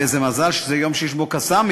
ואיזה מזל שזה יום שיש בו "קסאמים",